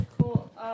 cool